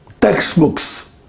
textbooks